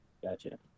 Gotcha